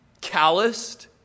calloused